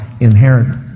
inherent